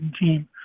team